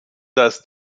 dass